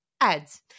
ads